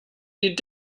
die